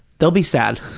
they'll be sad,